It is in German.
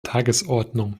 tagesordnung